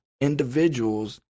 individuals